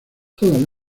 todas